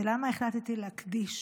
ולמה החלטתי להקדיש